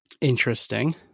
Interesting